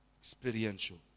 Experiential